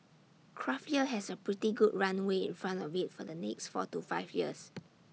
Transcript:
craft beer has A pretty good runway in front of IT for the next four to five years